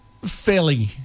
fairly